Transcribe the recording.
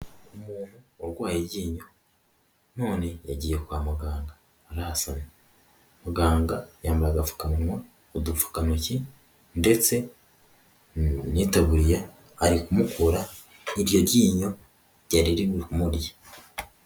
Umuntu urwaye iryinyo none yagiye kwa muganga arasamye, muganga yambaye agapfukanwa, udupfukatoki ndetse n'itaburiya ari kumukura iryo ryinyo ryari riri kumurya.